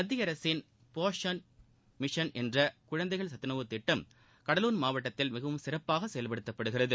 மத்திய அரசின் போஷன் மிஷன் என்ற குழந்தைகள் சத்துணவுத்திட்டம் கடலூர் மாவட்டத்தில் மிகவும் சிறப்பாக செயல்படுத்தப்படுகிறது